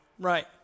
Right